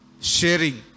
sharing